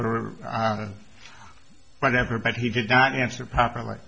e or whatever but he did not answer properly